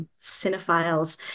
cinephiles